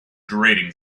grating